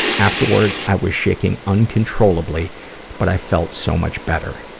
afterwards i was shaking uncontrollably but i felt so much better.